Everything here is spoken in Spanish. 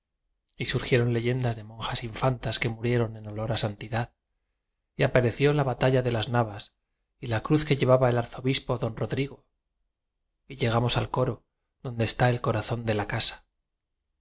y surgieron leyendas de mon jas infantas que murieron en olor a santi dad y apareció la batalla de las navas y la cruz que llevaba el arzobispo don ro drigo y llegamos al coro donde está el corazón de la casa